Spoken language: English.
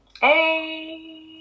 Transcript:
Hey